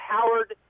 Howard